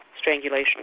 strangulation